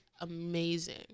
amazing